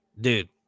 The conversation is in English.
Dude